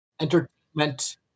entertainment